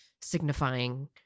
signifying